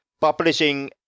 publishing